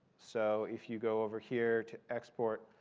so if you go over here to export,